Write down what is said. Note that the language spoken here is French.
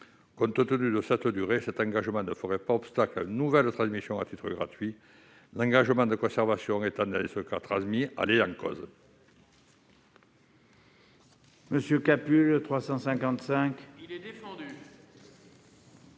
Compte tenu de cette durée, cet engagement ne ferait pas obstacle à une nouvelle transmission à titre gratuit, l'engagement de conservation étant dans ce cas transmis à l'ayant cause.